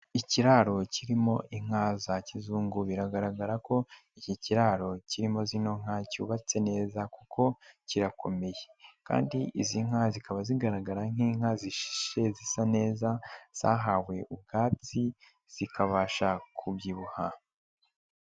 Ikiraro kirimo inka za kizungu, biragaragara ko iki kiraro kirimo zino nka cyubatse neza kuko kirakomeye kandi izi nka zikaba zigaragara nk'inka zishishe zisa neza zahawe ubwatsi zikabasha kubyibuha.